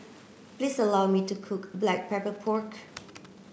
please allow me to cook black pepper pork